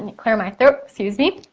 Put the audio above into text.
and clear my throat, excuse me.